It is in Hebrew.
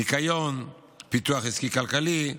ניקיון, פיתוח עסקי-כלכלי,